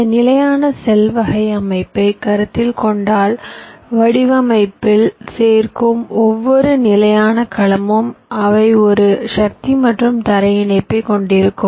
இந்த நிலையான செல் வகை அமைப்பை கருத்தில் கொண்டால் வடிவமைப்பில் சேர்க்கும் ஒவ்வொரு நிலையான கலமும் அவை ஒரு சக்தி மற்றும் தரை இணைப்பைக் கொண்டிருக்கும்